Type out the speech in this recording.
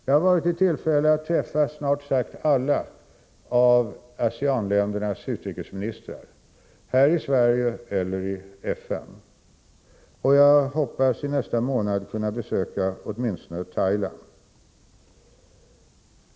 Jag har varit i tillfälle att träffa snart sagt alla ASEAN-ländernas utrikesministrar, här i Sverige eller i FN, och jag hoppas i nästa månad kunna besöka åtminstone Thailand.